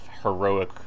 heroic